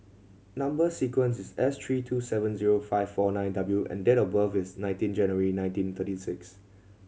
number sequence is S three two seven zero five four nine W and date of birth is nineteen January nineteen thirty nine